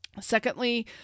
Secondly